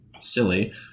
silly